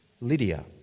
Lydia